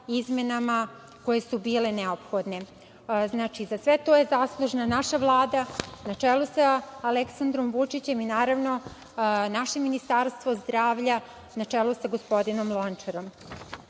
izmenama koje su bile neophodne.Za sve to je zaslužna naša Vlada na čelu sa Aleksandrom Vučićem i, aravno, naše Ministarstvo zdravlja, na čelu sa gospodinom Lončarom. Inače